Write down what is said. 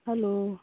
hello